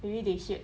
maybe they heard